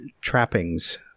trappings